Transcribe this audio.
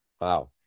Wow